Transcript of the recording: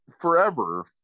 Forever